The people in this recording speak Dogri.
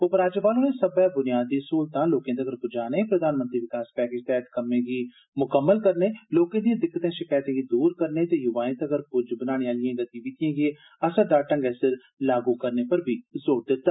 उपराज्यपाल होरें सब्बै बुनियादी सहूलतां लोकें तगर पुजाने प्रधानमंत्री विकास पैकेज तैहत कम्मे गी मुकम्मल करना लोर्के दियें दिक्कर्ते शकैतें गी दूर करना ते युवाएं तगर पुज्ज बनाने आलियें गतिविधियें गी असरदार ढंगै सिर लागू करने पर बी जोर दिता